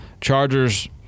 Chargers